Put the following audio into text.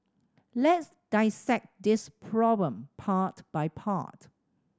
let's dissect this problem part by part